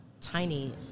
tiny